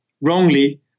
wrongly